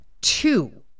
two